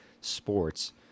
sports